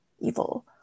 evil